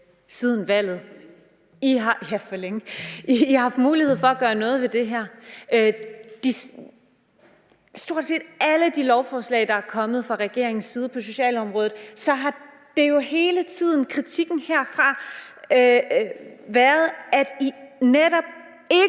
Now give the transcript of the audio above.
siden valget. I har haft mulighed for at gøre noget ved det her. Ved stort set alle de lovforslag, der er kommet fra regeringens side på socialområdet, har kritikken herfra hele tiden været, at I netop ikke